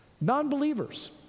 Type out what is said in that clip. Non-believers